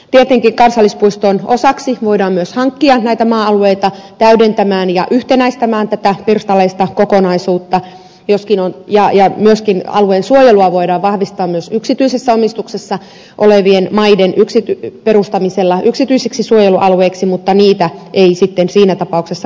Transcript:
tietenkin kansallispuiston osaksi voidaan myös hankkia maa alueita täydentämään ja yhtenäistämään tätä pirstaleista kokonaisuutta ja myöskin alueen suojelua voidaan vahvistaa myös yksityisessä omistuksessa olevien maiden perustamisella yksityisiksi suojelualueiksi mutta niitä ei sitten siinä tapauksessa liitettäisi kansallispuistoon